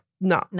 no